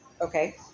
Okay